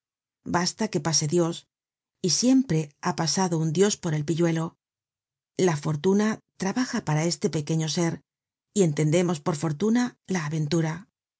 basta que pase dios y siempre ha pasado un dios por el pilludo la fortuna trabaja para este pequeño ser y entendemos por fortuna la aventura